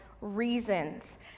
reasons